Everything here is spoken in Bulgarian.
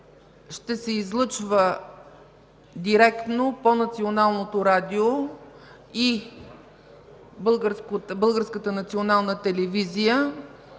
ще се излъчва директно по Националното радио и